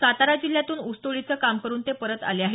सातारा जिल्ह्यातून ऊसतोडीचं काम करून ते परत आले आहेत